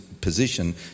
position